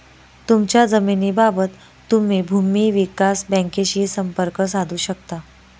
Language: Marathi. तुमच्या जमिनीबाबत तुम्ही भूमी विकास बँकेशीही संपर्क साधू शकता